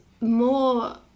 more